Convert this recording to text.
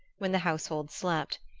when the household slept,